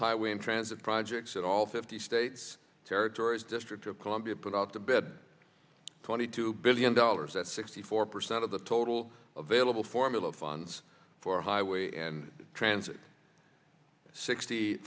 highway and transit projects and all fifty states territories district of columbia put out to bed twenty two billion dollars that's sixty four percent of the total of ailill formula funds for highway and transit sixty